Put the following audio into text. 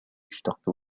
اشتقت